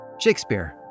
Shakespeare